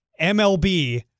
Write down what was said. MLB